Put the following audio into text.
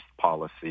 policy